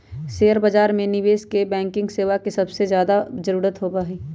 share बाजार में निवेश बैंकिंग सेवा के सबसे ज्यादा जरूरत होबा हई